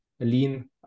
lean